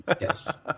Yes